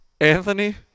Anthony